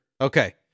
Okay